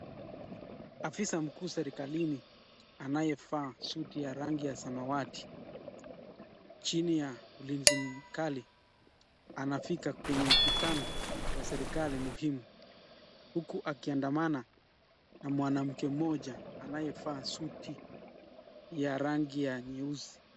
Afisa mkuu serikalini anayevaa suti ya rangi samawati chini ya ulinzi mkali, anafika kwenye mkutano wa serikali muhimu huku akiandama na mwanamke mmoja anayevaa suti ya rangi ya nyeusi.